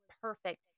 perfect